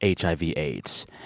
HIV-AIDS